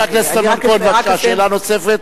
חבר הכנסת אמנון כהן, בבקשה שאלה נוספת.